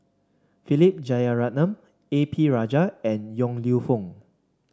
Philip Jeyaretnam A P Rajah and Yong Lew Foong